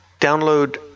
download